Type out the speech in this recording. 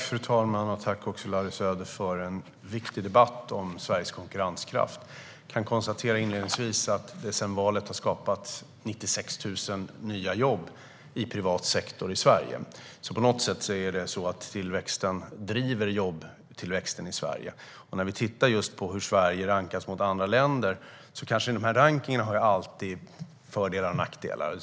Fru talman! Tack, Larry Söder, för en viktig debatt om Sveriges konkurrenskraft! Jag kan inledningsvis konstatera att det sedan valet har skapats 96 000 nya jobb i privat sektor i Sverige. På något sätt driver alltså tillväxten jobbtillväxten i Sverige. När det gäller hur Sverige rankas gentemot andra länder har rankningarna alltid fördelar och nackdelar.